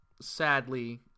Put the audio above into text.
sadly